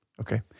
Okay